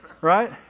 Right